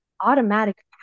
automatic